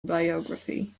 biography